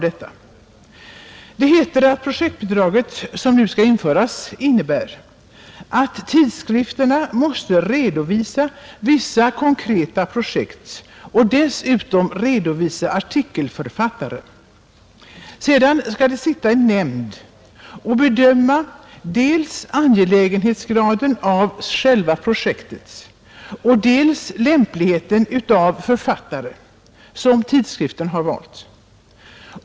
Det heter att de projektbidrag som nu skall införas innebär att tidskrifterna måste redovisa vissa konkreta projekt och dessutom redovisa artikelförfattare. Sedan skall en nämnd bedöma dels angelägenhetsgraden av själva projektet, dels lämpligheten av författare som tidskriften valt.